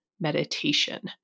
meditation